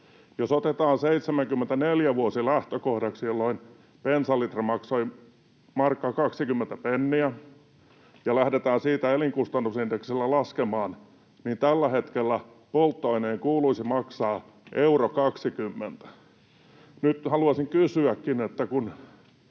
Jos otetaan vuosi 74 lähtökohdaksi, jolloin bensalitra maksoi 1,20 markkaa ja lähdetään siitä elinkustannusindeksillä laskemaan, niin tällä hetkellä polttoaineen kuuluisi maksaa 1,20 euroa. Nyt haluaisinkin kysyä: kun